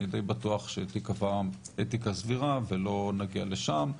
אני די בטוח שתיקבע אתיקה סבירה ולא נגיע לשם,